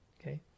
Okay